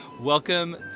Welcome